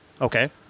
Okay